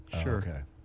Sure